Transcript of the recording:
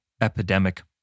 epidemic